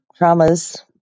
traumas